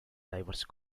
diverse